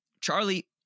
Charlie